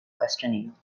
questioning